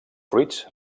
fruits